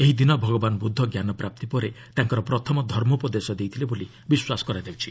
ଏହି ଦିନ ଭଗବାନ୍ ବୁଦ୍ଧ ଜ୍ଞାନପ୍ରାପ୍ତି ପରେ ତାଙ୍କର ପ୍ରଥମ ଧର୍ମୋପଦେଶ ଦେଇଥିଲେ ବୋଲି ବିଶ୍ୱାସ କରାଯାଉଛି